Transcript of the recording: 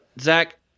Zach